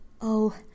Oh